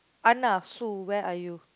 Anna Sue where are you